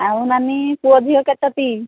ଆଉ ନାନୀ ପୁଅ ଝିଅ କେତୋଟି